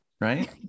right